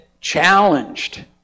challenged